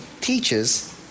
teaches